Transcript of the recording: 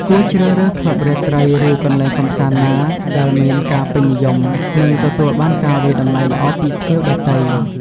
គួរជ្រើសរើស ក្លឹបរាត្រី ឬកន្លែងកម្សាន្តណាដែលមានការពេញនិយម និងទទួលបាន ការវាយតម្លៃល្អពីភ្ញៀវដទៃ។